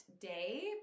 day